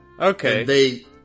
okay